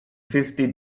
fifty